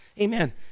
Amen